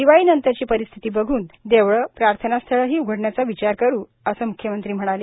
दिवाळीनंतरची परिस्थिती बघून देवळे प्रार्थनास्थळेही उघडण्याचा विचार करू असे मुख्यमंत्री म्हणाले